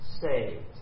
saved